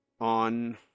on